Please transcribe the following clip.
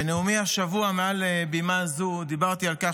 בנאומי השבוע מעל בימה זו דיברתי על כך